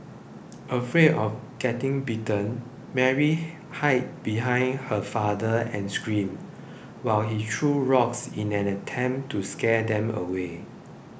afraid of getting bitten Mary hid behind her father and screamed while he threw rocks in an attempt to scare them away